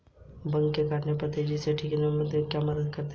Bug के काटने को तेजी से ठीक करने में क्या मदद करता है?